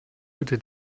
würde